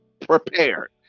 prepared